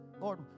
Lord